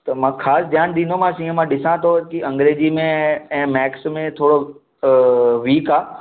त मां ख़ासि ध्यानु ॾींदोमांसि हीअं मां ॾिसां थो की अंग्रेजी में ऐं मैक्स में थोरो वीक आहे